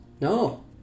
no